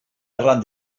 arran